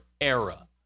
era